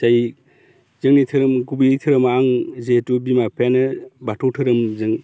जाय जोंनि धोरोम गुबै धोरोमा आं जिहेतु बिमा बिफायानो बाथौ धोरोमजों